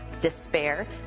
despair